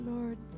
Lord